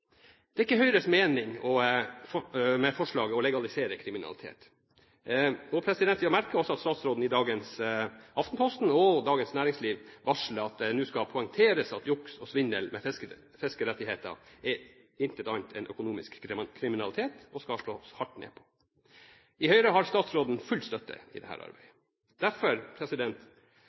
Det er ikke Høyres mening med forslaget å legalisere kriminalitet. Vi har merket oss at statsråden i dagens Aftenposten og Dagens Næringsliv varsler at det nå skal poengteres at juks og svindel med fiskerettigheter er intet annet enn økonomisk kriminalitet og skal slås hardt ned på. I Høyre har statsråden full støtte i dette arbeidet. Derfor